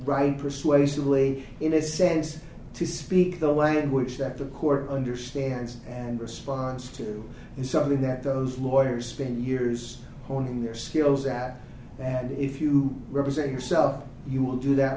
write persuasively in a sense to speak the language that the court understands and response to is something that those lawyers spend years honing their skills at and if you represent yourself you will do that